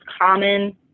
common